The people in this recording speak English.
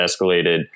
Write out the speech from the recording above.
escalated